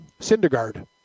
syndergaard